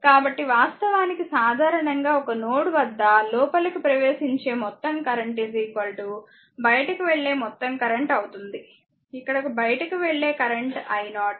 కాబట్టి వాస్తవానికి సాధారణంగా ఒక నోడ్ వద్ద లోపలకి ప్రవేశించే మొత్తం కరెంట్ బయటకు వెళ్లే మొత్తం కరెంట్ అవుతుంది ఇక్కడ బయటకు వెళ్లే కరెంట్ i0